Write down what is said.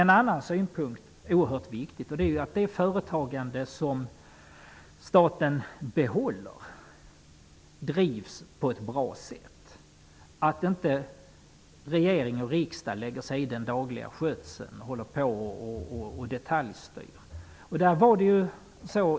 En annan oerhört viktig synpunkt är att det företagande som staten behåller drivs på ett bra sätt, att inte regering och riksdag lägger sig i den dagliga skötseln och håller på och detaljstyr.